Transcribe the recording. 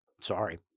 Sorry